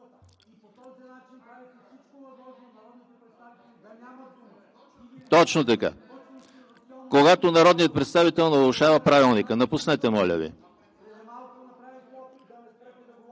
Точно така, когато народният представител нарушава Правилника. Напуснете, моля Ви!